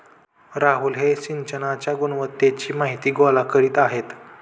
राहुल हे सिंचनाच्या गुणवत्तेची माहिती गोळा करीत आहेत